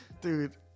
dude